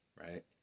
right